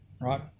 right